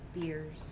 beers